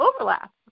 overlap